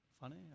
funny